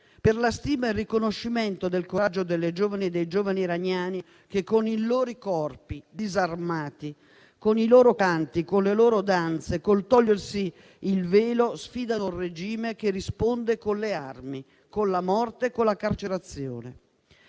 per la stima e il riconoscimento del coraggio delle giovani e dei giovani iraniani che, con i loro corpi disarmati, con i loro canti, con le loro danze e togliendosi il velo, sfidano un regime che risponde con le armi, con la morte e con la carcerazione.